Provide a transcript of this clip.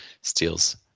steals